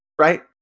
right